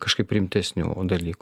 kažkaip rimtesnių dalykų